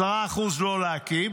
10% לא להקים,